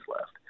left